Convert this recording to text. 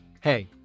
Hey